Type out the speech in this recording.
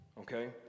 okay